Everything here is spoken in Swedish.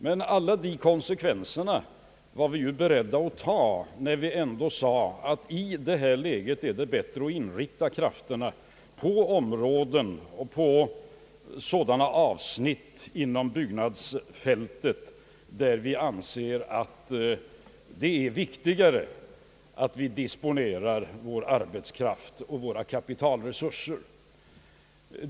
Men alla dessa konsek venser var vi beredda att ta när vi sade att det i detta läge ändå är bättre att inrikta krafterna på sådana avsnitt inom byggnadsfältet, där vi anser att det är viktigare att vi disponerar vår arbetskraft och våra kapitalresurser.